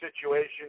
situation